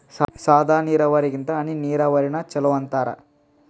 ಸಾದ ನೀರಾವರಿಗಿಂತ ಹನಿ ನೀರಾವರಿನ ಚಲೋ ಅಂತಾರ